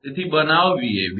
તેથી બનાવો 𝑉𝑎𝑏